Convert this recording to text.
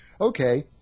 okay